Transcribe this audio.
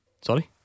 Sorry